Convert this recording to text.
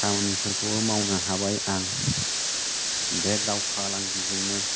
खामानिफोरखौबो मावनो हाबाय आं बे दाव फालांगिजोंनो